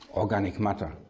organic matters